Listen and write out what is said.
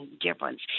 difference